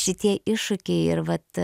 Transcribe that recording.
šitie iššūkiai ir vat